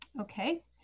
Okay